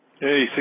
Hey